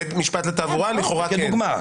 בית משפט לתעבורה לכאורה כן.